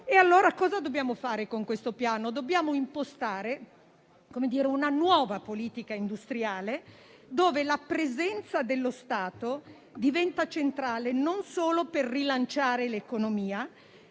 cosa dobbiamo fare con questo piano? Dobbiamo impostare una nuova politica industriale, dove la presenza dello Stato diventa centrale, non solo per rilanciare l'economia,